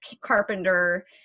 carpenter